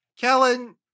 Kellen